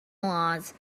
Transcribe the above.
laws